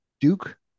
Duke